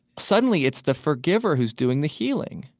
suddenly it's the forgiver who's doing the healing,